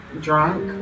drunk